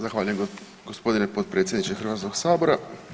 Zahvaljujem gospodine potpredsjedniče Hrvatskog sabora.